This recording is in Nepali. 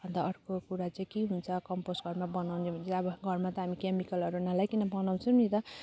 अन्त अर्को कुरा चाहिँ के हुन्छ कम्पोस्ट घरमा बनाउनु भने चाहिँ अब घरमा त हामी केमिकलहरू नलाइकन बनाउँछौँ नि त